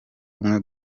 umwe